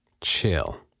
Chill